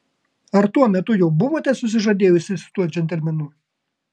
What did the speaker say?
ar tuo metu jau buvote susižadėjusi su tuo džentelmenu